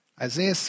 Isaiah